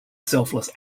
selfless